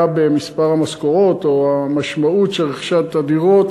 במספר המשכורות או המשמעות של רכישת הדירות,